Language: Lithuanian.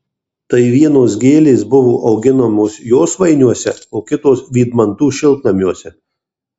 tai vienos gėlės buvo auginamos josvainiuose o kitos vydmantų šiltnamiuose